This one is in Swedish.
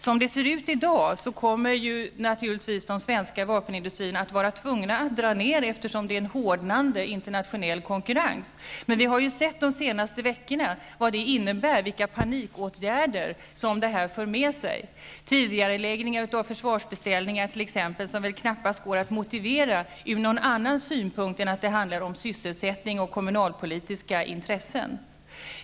Som det ser ut i dag kommer naturligtvis de svenska vapenindustrierna att vara tvungna att dra ned, eftersom den internationella konkurrensen hårdnar. Men under de senaste veckorna har vi sett vad det innebär, vilka panikåtgärder som detta för med sig, t.ex. tidigareläggningar av försvarsbeställningar, som väl knappast går att motivera ur någon annan synpunkt än att det handlar om sysselsättning och kommunalpolitiska intressen.